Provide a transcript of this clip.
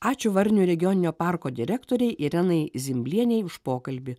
ačiū varnių regioninio parko direktorei irenai zimblienei už pokalbį